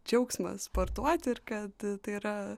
džiaugsmą sportuoti ir kad tai yra